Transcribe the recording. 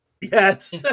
Yes